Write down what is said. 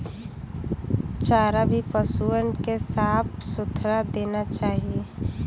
चारा भी पसुअन के साफ सुथरा देना चाही